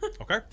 Okay